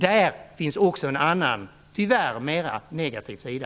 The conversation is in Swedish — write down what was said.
Där finns också en annan, tyvärr mer negativ, sida.